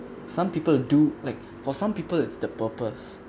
some people do like for some people it's the purpose